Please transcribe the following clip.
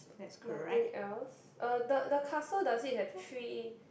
nothing else uh the the castle does it have three